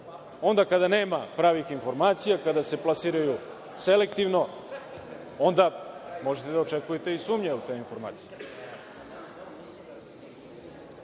Onda kada nema pravih informacija, kada se plasiraju selektivno, onda možete da očekujete i sumnje od te informacije.